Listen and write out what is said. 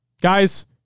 Guys